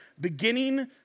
beginning